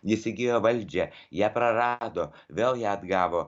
jis įgijo valdžią ją prarado vėl ją atgavo